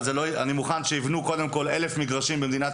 אבל אני מוכן שקודם כול יבנו אלף מגרשים במדינת